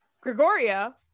Gregoria